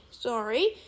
Sorry